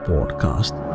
Podcast